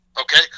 okay